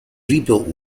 rebuilt